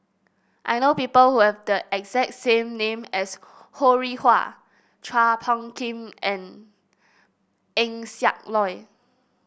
I know people who have the exact same name as Ho Rih Hwa Chua Phung Kim and Eng Siak Loy